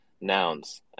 nouns